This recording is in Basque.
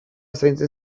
zaintzen